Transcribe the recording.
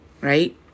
right